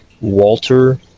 Walter